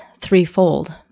threefold